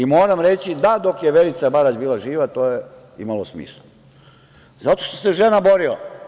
Moram reći da dok je Verica Barać bila živa to je imalo smisla, zato što se žena borila.